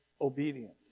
obedience